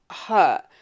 hurt